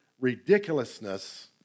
ridiculousness